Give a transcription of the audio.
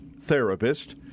therapist